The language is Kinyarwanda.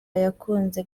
yakunze